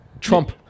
Trump